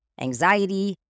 anxiety